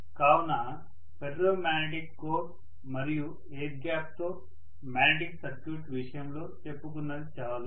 కావున ferro magnetic core మరియు air గ్యాప్తో మాగ్నెటిక్ సర్క్యూట్ విషయంలో చెప్పుకున్నది చాలు